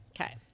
Okay